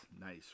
nice